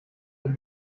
with